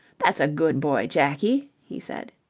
that's a good boy, jakie, he said.